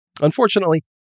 Unfortunately